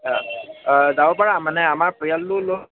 অঁ যাব পাৰা মানে আমাৰ পৰিয়ালটো লৈ